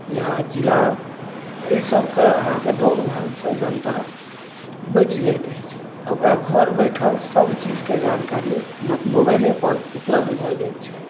या जिला एहि सबके अहाँके दौड़ भाग सऽ जनता बचि जाइत अछि आ ओकरा घर बैसल सब चीजके जानकारी हुनक मोबाइले पर उपलब्ध भऽ जाइत छै